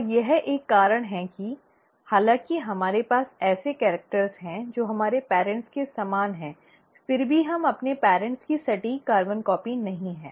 और यह एक कारण है कि हालांकि हमारे पास ऐसे कैरिक्ट हैं जो हमारे पेरेंट्स के समान हैं फिर भी हम अपने पेरेंट्स की सटीक कार्बन कॉपी नहीं हैं